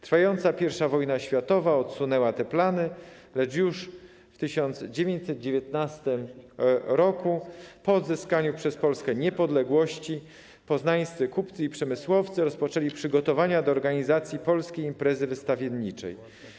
Trwająca I wojna światowa odsunęła te plany, lecz już w 1919 roku, po odzyskaniu przez Polskę niepodległości, poznańscy kupcy i przemysłowcy rozpoczęli przygotowania do organizacji polskiej imprezy wystawienniczej.